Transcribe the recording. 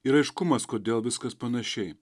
ir aiškumas kodėl viskas panašiai